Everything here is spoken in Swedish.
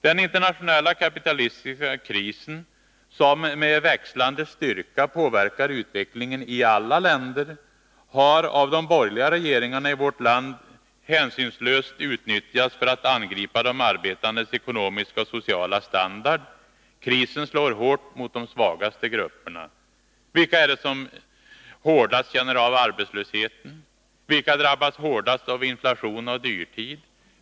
Den internationella kapitalistiska krisen, som med växlande styrka påverkar utvecklingen i alla länder, har av de borgerliga regeringarna i vårt land hänsynslöst utnyttjats för att angripa de arbetandes ekonomiska och sociala standard. Krisen slår hårt mot de svagaste grupperna. Vilka är det som hårdast känner av arbetslösheten? Vilka drabbas hårdast av inflation och dyrtid?